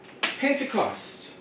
Pentecost